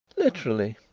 literally.